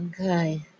Okay